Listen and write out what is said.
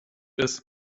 ist